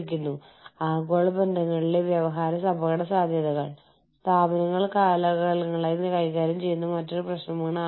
organisation സ്വീകരിക്കുന്ന തന്ത്രം സ്ഥാപനം എങ്ങനെ നടക്കുന്നു എന്നതിനെ ബാധിക്കുന്നു